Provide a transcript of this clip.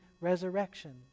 resurrection